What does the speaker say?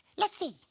let's see.